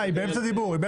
היא באמצע דיבור.